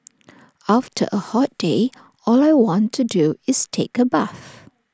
after A hot day all I want to do is take A bath